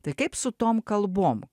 tai kaip su tom kalbom